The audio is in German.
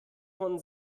von